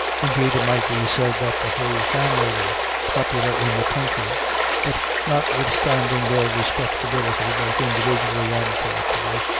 indeed, it might be said that the whole family were popular in the country but, notwithstanding their respectability, both individually and collectively,